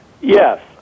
Yes